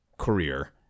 career